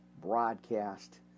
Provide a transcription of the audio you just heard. broadcast